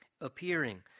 appearing